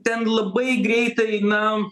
ten labai greitai na